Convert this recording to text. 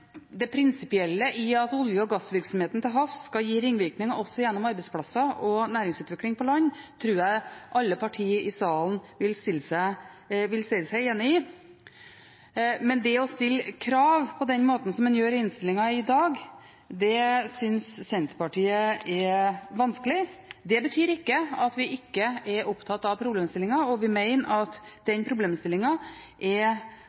Det prinsipielle i at olje- og gassvirksomheten til havs skal gi ringvirkninger også gjennom arbeidsplasser og næringsutvikling på land, tror jeg alle partier i salen vil si seg enig i. Men det å stille krav på den måten som en gjør i innstillingen i dag, synes Senterpartiet er vanskelig. Det betyr ikke at vi ikke er opptatt av problemstillingen. Vi mener at den problemstillingen er